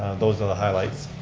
those are the highlights.